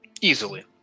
Easily